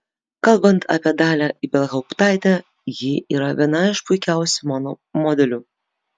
kalbant apie dalią ibelhauptaitę ji yra viena iš puikiausių mano modelių